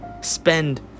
spend